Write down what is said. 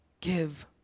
give